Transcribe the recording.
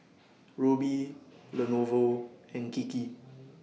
Rubi Lenovo and Kiki